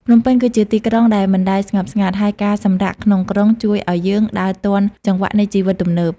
ភ្នំពេញគឺជាទីក្រុងដែលមិនដែលស្ងប់ស្ងាត់ ហើយការសម្រាកក្នុងក្រុងជួយឱ្យយើងដើរទាន់ចង្វាក់នៃជីវិតទំនើប។